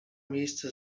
miejsce